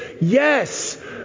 yes